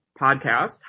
podcast